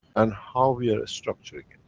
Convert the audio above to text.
and how we are structuring and